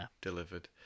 Delivered